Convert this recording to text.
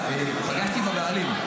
פגשתי את הבעלים,